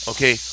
Okay